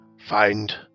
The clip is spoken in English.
find